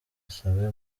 asabe